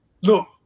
look